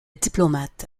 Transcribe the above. diplomate